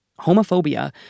Homophobia